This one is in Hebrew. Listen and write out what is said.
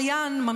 כי אדם עבריין,